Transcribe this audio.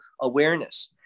awareness